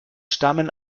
stammen